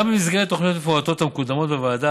גם במסגרת תוכניות מפורטות המקודמות בוועדה